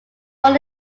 born